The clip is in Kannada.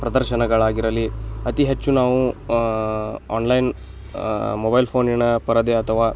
ಪ್ರದರ್ಶನಗಳಾಗಿರಲಿ ಅತಿ ಹೆಚ್ಚು ನಾವು ಆಣ್ಲೈನ್ ಮೊಬೈಲ್ ಫೋಣಿನ ಪರದೆ ಅಥವಾ